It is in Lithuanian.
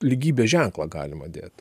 lygybės ženklą galima dėt